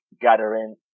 gathering